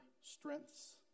strengths